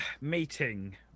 meeting